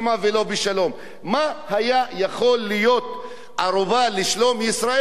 מה הערובה שהיתה יכולה להיות לשלום ישראל יותר מהידברות